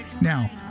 Now